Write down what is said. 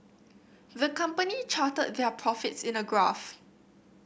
the company charted their profits in a graph